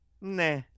Nah